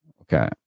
Okay